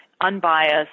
unbiased